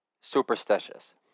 superstitious